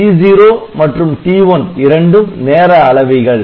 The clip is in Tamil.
T0 மற்றும் T1 இரண்டும் நேர அளவிகள்